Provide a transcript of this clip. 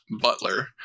butler